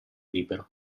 libero